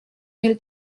mille